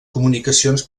comunicacions